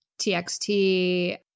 TXT